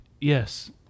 Yes